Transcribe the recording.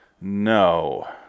No